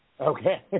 Okay